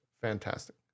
fantastic